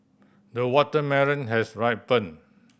the watermelon has ripened